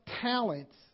talents